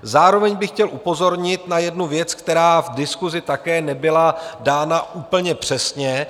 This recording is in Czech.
Zároveň bych chtěl upozornit na jednu věc, která v diskusi také nebyla dána také úplně přesně.